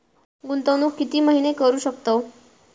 गुंतवणूक किती महिने करू शकतव?